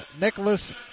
Nicholas